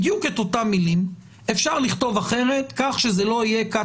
בדיוק את אותן מילים אפשר לכתוב אחרת כך שזה לא יהיה cut